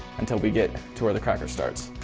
until we get to where the cracker starts.